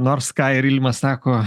nors ką ir ilma sako